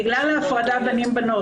בגלל ההפרדה בין בנים לבנות.